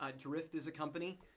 ah drift is a company